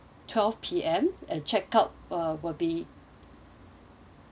twelve P_M and check out uh will be